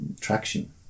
traction